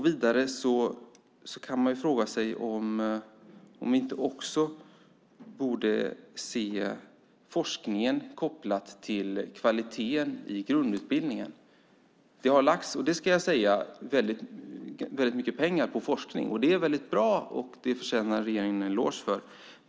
Vidare kan man fråga sig om forskningen inte borde ses kopplad till kvaliteten i grundutbildningen. Det har lagts - det vill jag säga - väldigt mycket pengar på forskningen. Det är mycket bra. För detta förtjänar regeringen en eloge.